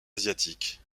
asiatique